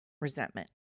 resentment